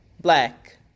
black